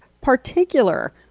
particular